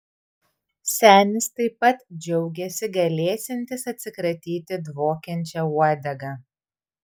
senis taip pat džiaugėsi galėsiantis atsikratyti dvokiančia uodega